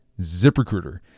ZipRecruiter